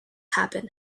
happen